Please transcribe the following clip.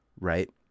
right